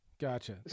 Gotcha